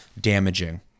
damaging